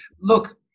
Look